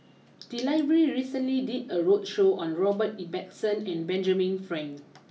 the library recently did a roadshow on Robert Ibbetson and Benjamin Frank